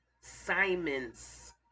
Simon's